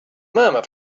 murmur